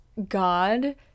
god